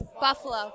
Buffalo